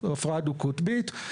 הפרעה דו-קוטבית,